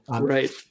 Right